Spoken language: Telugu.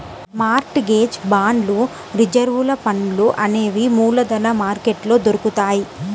మార్ట్ గేజ్ బాండ్లు రిజర్వు ఫండ్లు అనేవి మూలధన మార్కెట్లో దొరుకుతాయ్